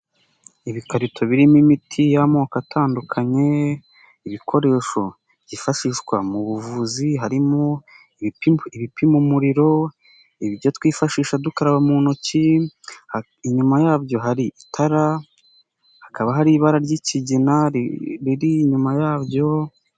Ibikarito birimo imiti y'amoko atandukanye, ibikoresho byifashishwa mu buvuzi, harimo ibipimo umuriro, ibyo twifashisha dukaraba mu ntoki, inyuma yabyo hari itara, hakaba hari ibara ry'ikigina, riri inyuma yabyo.